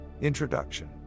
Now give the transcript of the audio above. Introduction